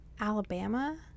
Alabama